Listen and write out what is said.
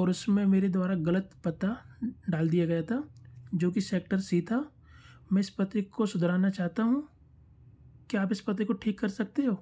ओर उस में मेरे द्वारा ग़लत पता डाल दिया गया था जो कि सेक्टर सी था मैं इस पते को सुदराना चाता हूँ क्या आप इस पते को ठीक कर सकते हो